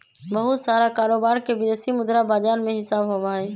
बहुत सारा कारोबार के विदेशी मुद्रा बाजार में हिसाब होबा हई